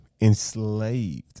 enslaved